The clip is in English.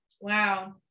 Wow